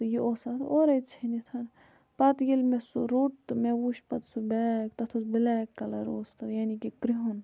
تہٕ یہِ اوس اَتھ اورَے ژھیٚنِتھ پَتہٕ ییٚلہِ مےٚ سُہ روٚٹ تہٕ مےٚ وُچھ پَتہٕ سُہ بیگ تَتھ اوس بٕلیک کَلَر اوس تَتھ یعنی کہِ کرٛہُن